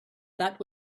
that